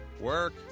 work